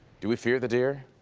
do we fear the deer?